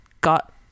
got